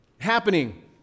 happening